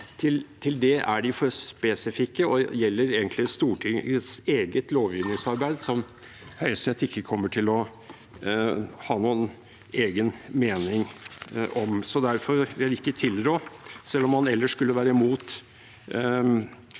Til det er de for spesifikke og gjelder egentlig Stortingets eget lovgivningsarbeid, som Høyesterett ikke kommer til å ha noen egen mening om. Selv om man ellers skulle være imot